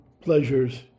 pleasures